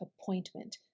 appointment